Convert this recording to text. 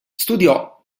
studiò